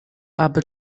aby